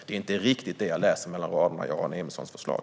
Det är inte riktigt detta jag läser mellan raderna i Aron Emilssons förslag.